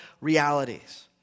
realities